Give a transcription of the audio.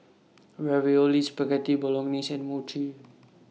Ravioli Spaghetti Bolognese and Mochi